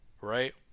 right